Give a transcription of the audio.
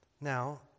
Now